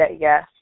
yes